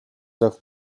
tak